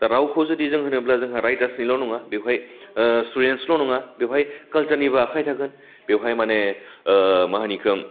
दा रावखौ जुदि जों होनोब्ला जोंहा रायथार्सनिल' नङा बेवहाय ओह स्टुदेन्चल' नङा बेवहाय खालसारनिबो आखाइ थागोन बेवहाय माने मा होनो इखौ